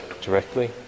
Directly